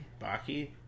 Baki